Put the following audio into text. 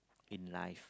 in life